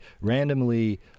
randomly